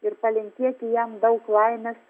ir palinkėti jam daug laimės